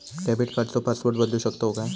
Debit कार्डचो password बदलु शकतव काय?